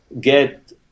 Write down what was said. get